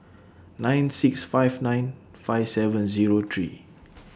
nine six five nine five seven Zero three